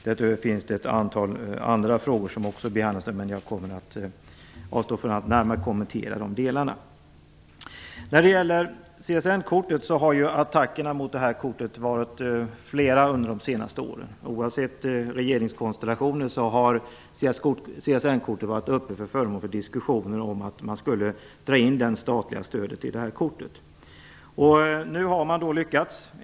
Därutöver finns det ett antal andra frågor som också behandlas i betänkandena, men jag kommer att avstå från att närmare kommentera dem. Attackerna mot CSN-kortet har varit flera under de senaste åren. Oavsett regeringskonstellationer har CSN-kortet varit föremål för diskussioner. Man har velat dra in det statliga stödet till det. Nu har man lyckats.